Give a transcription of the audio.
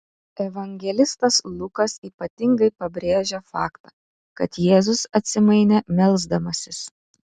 evangelistas lukas ypatingai pabrėžia faktą kad jėzus atsimainė melsdamasis